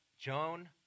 Joan